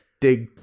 dig